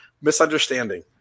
Misunderstanding